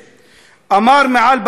מעל במה זו: